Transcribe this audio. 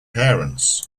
parents